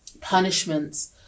punishments